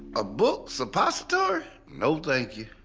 a book suppository? no, thank you.